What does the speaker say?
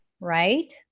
right